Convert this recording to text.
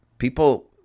People